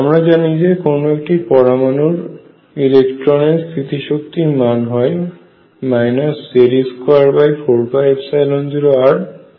আমরা জানি যে কোন একটি পরমাণুর ইলেকট্রনের স্তিতি শক্তির মান হয় Ze24π0r